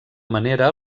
manera